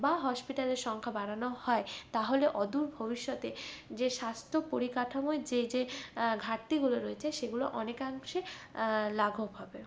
বা হসপিটালের সংখ্যা বাড়ানো হয় তাহলে অদূর ভবিষ্যতে যে স্বাস্থ্য পরিকাঠামোয় যে যে ঘাটতিগুলো রয়েছে সেগুলো অনেকাংশে লাঘব হবে